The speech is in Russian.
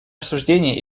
обсуждений